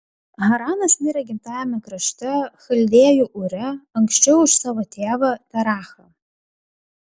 haranas mirė gimtajame krašte chaldėjų ūre anksčiau už savo tėvą terachą